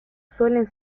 suelen